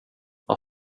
vad